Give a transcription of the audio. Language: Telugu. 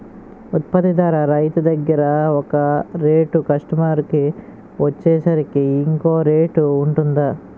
ఉత్పత్తి ధర రైతు దగ్గర ఒక రేట్ కస్టమర్ కి వచ్చేసరికి ఇంకో రేట్ వుంటుందా?